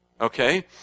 Okay